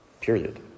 Period